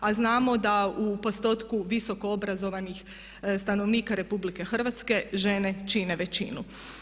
A znamo da u postotku visoko obrazovnih stanovnika RH žene čine većinu.